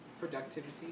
productivity